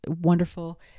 wonderful